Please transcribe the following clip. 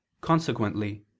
Consequently